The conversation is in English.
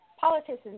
politicians